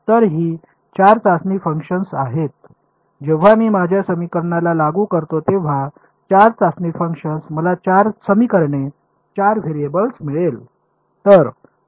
तर ही 4 चाचणी फंक्शन्स आहेत जेव्हा मी माझ्या समीकरणाला लागू करतो तेव्हा 4 चाचणी फंक्शन्स मला 4 समीकरणे 4 व्हेरिएबल्स मिळेल